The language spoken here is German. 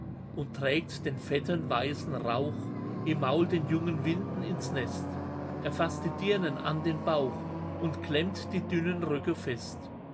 und trägt den fetten weißen rauch im maul den jungen winden ins nest er faßt die dirnen an den bauch und klemmt die dünnen röcke fest